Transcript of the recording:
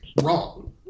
wrong